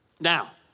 Now